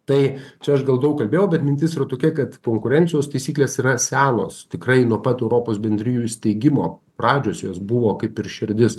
tai čia aš gal daug kalbėjau bet mintis yra tokia kad konkurencijos taisyklės yra senos tikrai nuo pat europos bendrijų įsteigimo pradžios jos buvo kaip ir širdis